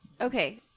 Okay